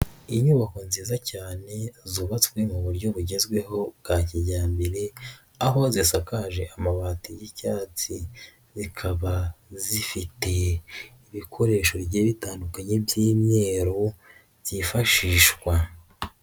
Inyubako nziza cyane zubatswe mu buryo bugezweho bwa kijyambere, aho zisakaje amabati y'icyatsi, zikaba zifite ibikoresho bigiye bitandukanye by'imyero, byifashishwa.